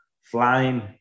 flying